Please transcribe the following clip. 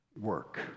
work